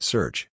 Search